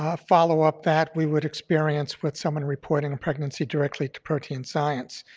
ah follow-up that we would experience with someone reporting a pregnancy directly to protein science.